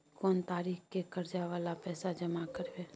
कोन तारीख के कर्जा वाला पैसा जमा करबे?